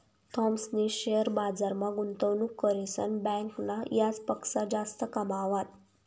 थॉमसनी शेअर बजारमा गुंतवणूक करीसन बँकना याजपक्सा जास्त कमावात